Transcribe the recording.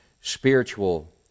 spiritual